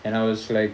and I was like